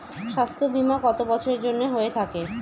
স্বাস্থ্যবীমা কত বছরের জন্য হয়ে থাকে?